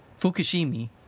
Fukushima